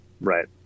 Right